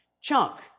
chunk